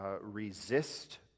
resist